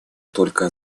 только